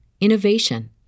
innovation